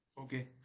Okay